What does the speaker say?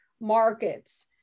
markets